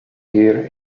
here